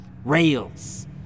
rails